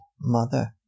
mother